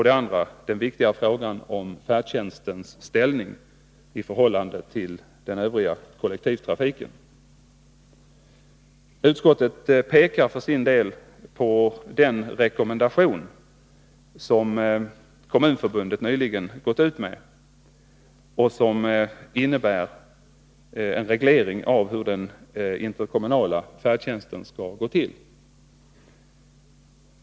Det andra är den viktiga frågan om färdtjänstens ställning i förhållande till den övriga kollektivtrafiken. Utskottet pekar för sin del på den rekommendation som Kommunförbundet nyligen har gått ut med och som innebär en reglering av hur den interkommunala färdtjänsten skall gå till.